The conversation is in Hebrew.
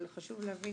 אבל חשוב להבין